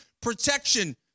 protection